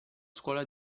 scuola